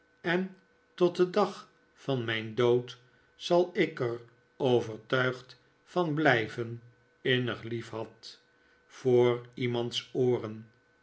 en tot den dag van mijn dood zal ik er overtuigd van blijven innig liefhad voor iemands ooren